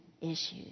issues